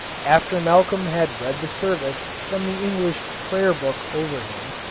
after malcolm had read the service from the english prayer-book over him,